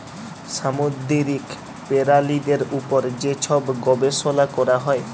সামুদ্দিরিক পেরালিদের উপর যে ছব গবেষলা ক্যরা হ্যয়